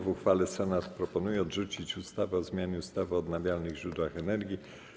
W uchwale Senat proponuje odrzucić ustawę o zmianie ustawy o odnawialnych źródłach energii.